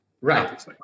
Right